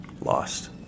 lost